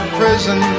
prison